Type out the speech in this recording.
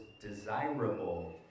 desirable